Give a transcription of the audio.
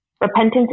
Repentance